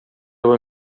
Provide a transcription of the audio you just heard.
were